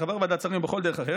כחבר ועדת שרים או בכל דרך אחרת,